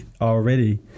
already